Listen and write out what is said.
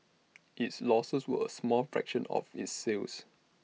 its losses were A small fraction of its sales